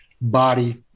body